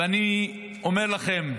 ואני אומר לכם,